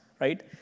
right